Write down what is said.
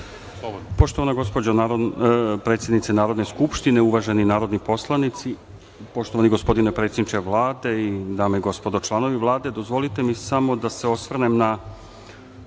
Poštovana gospođo predsednice Narodne skupštine, uvaženi narodni poslanici, poštovani gospodine predsedniče Vlade i dame i gospodo članovi Vlade, dozvolite mi samo da se osvrnem na